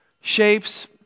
shapes